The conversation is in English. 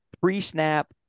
pre-snap